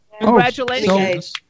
Congratulations